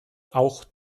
auch